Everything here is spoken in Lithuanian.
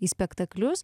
į spektaklius